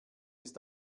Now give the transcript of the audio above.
ist